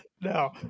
No